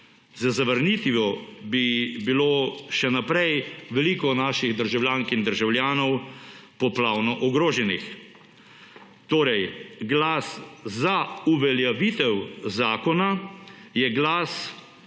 Z zavrnitvijo bi bilo še najprej veliko naših državljank in državljanov poplavno ogroženih; torej, glas za uveljavitev zakona je glas